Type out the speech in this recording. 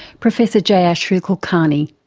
professor jayashri kulkarni.